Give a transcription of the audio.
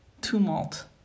tumult